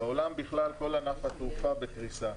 בעולם בכלל כל ענף התעופה בקריסה.